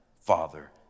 father